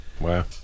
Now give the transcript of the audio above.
Wow